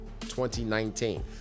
2019